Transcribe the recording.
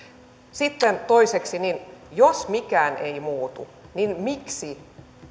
sitten toiseksi jos mikään ei muutu niin miksi